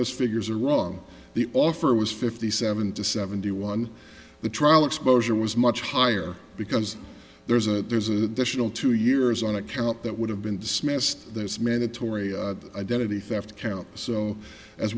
those figures are wrong the offer was fifty seven to seventy one the trial exposure was much higher because there's a a there's additional two years on a count that would have been dismissed there's mandatory identity theft count so as